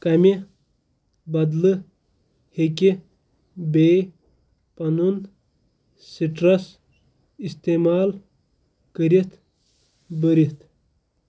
کَمہِ بدلہٕ ہٮ۪کہِ بیٚیہِ پَنُن سِٹرَس اِستعمال کٔرِتھ بٔرِتھ